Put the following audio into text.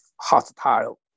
hostile